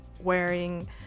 wearing